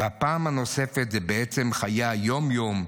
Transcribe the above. והפעם הנוספת היא בעצם חיי היום-יום,